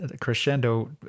crescendo